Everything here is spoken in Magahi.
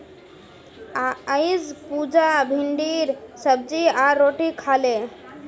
अईज पुजा भिंडीर सब्जी आर रोटी खा ले